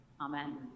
Amen